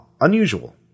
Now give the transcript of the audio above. unusual